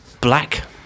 Black